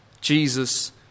Jesus